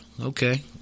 Okay